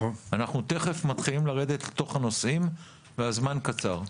תכף מתחילים לרדת לתוך הנושאים והזמן קצר.